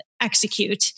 execute